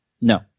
No